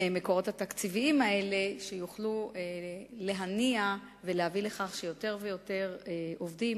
המקורות התקציביים האלה שיוכלו להניע ולהביא לכך שיותר ויותר עובדים